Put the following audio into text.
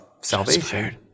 salvation